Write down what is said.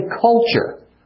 culture